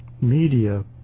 media